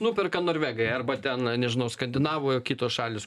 nuperka norvegai arba ten nežinau skandinavai kitos šalys